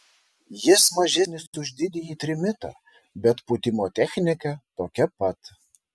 jis mažesnis už didįjį trimitą bet pūtimo technika tokia pat